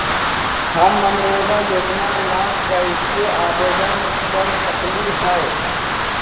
हम मनरेगा योजना ला कैसे आवेदन कर सकली हई?